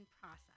process